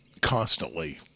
constantly